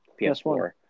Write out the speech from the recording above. PS4